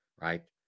right